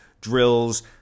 drills